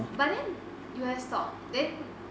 but then U_S stock then